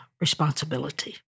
responsibility